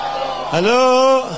Hello